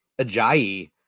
Ajayi